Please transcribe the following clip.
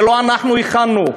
זה לא אנחנו הכנו.